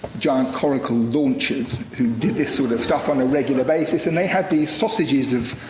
giant coracle launches, who did this sort of stuff on a regular basis, and they had these sausages of,